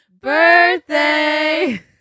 Birthday